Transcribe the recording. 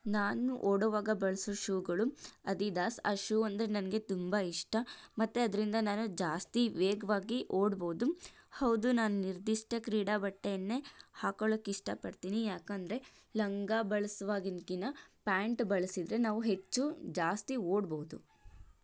ನಾನು ಓಡುವಾಗ ಬಳಸೋ ಶೂಗಳು ಅಡಿಡಾಸ್ ಆ ಶೂ ಅಂದರೆ ನನಗೆ ತುಂಬ ಇಷ್ಟ ಮತ್ತೆ ಅದ್ರಿಂದ ನಾನು ಜಾಸ್ತಿ ವೇಗವಾಗಿ ಓಡ್ಬೋದು ಹೌದು ನಾನು ನಿರ್ದಿಷ್ಟ ಕ್ರೀಡಾ ಬಟ್ಟೆಯನ್ನೇ ಹಾಕೊಳ್ಳೋಕ್ಕೆ ಇಷ್ಟಪಡ್ತೀನಿ ಯಾಕೆಂದರೆ ಲಂಗ ಬಳಸೋವಾಗಿನ್ಕಿನ ಪ್ಯಾಂಟ್ ಬಳಸಿದರೆ ನಾವು ಹೆಚ್ಚು ಜಾಸ್ತಿ ಓಡ್ಬೋದು